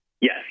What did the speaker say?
Yes